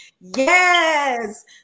Yes